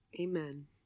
amen